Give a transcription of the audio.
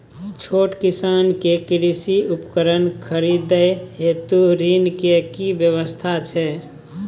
छोट किसान के कृषि उपकरण खरीदय हेतु ऋण के की व्यवस्था छै?